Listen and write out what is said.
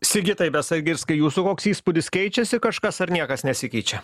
sigitai besagirskai jūsų koks įspūdis keičiasi kažkas ar niekas nesikeičia